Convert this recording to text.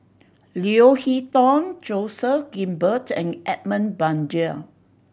Leo Hee Tong Joseph Grimberg and Edmund Blundell